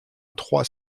trois